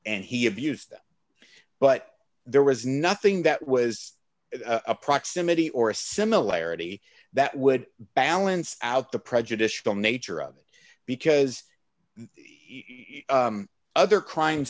and he abused but there was nothing that was a proximity or a similarity that would balance out the prejudicial nature of it because other crimes